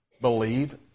believe